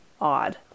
odd